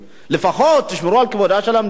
לפחות תשמרו על כבודה של המדינה,